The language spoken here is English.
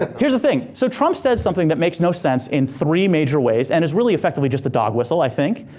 ah here's the thing. so trump said something that makes no sense in three major ways and is really effectively just a dog whistle, i think.